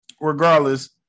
regardless